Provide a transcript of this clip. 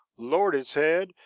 lowered its head,